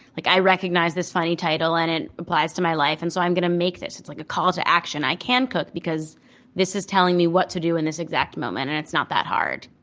like, i recognized this funny title, and it applies to my life, and so i'm going to make this. it's like a call to action. i can cook because this is telling me what to do in this exact moment, and it's not that hard.